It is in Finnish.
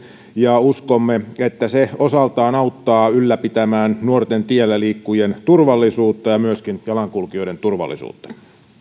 ja uskomme että se osaltaan auttaa ylläpitämään nuorten tielläliikkujien turvallisuutta ja myöskin jalankulkijoiden turvallisuutta